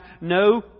no